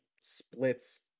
splits